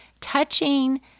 Touching